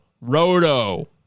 Roto